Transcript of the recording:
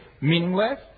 meaningless